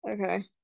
Okay